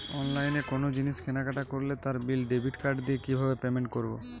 অনলাইনে কোনো জিনিস কেনাকাটা করলে তার বিল ডেবিট কার্ড দিয়ে কিভাবে পেমেন্ট করবো?